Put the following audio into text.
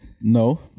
No